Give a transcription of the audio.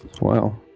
Wow